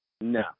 No